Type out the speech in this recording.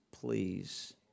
please